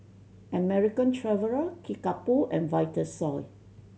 American Traveller Kickapoo and Vitasoy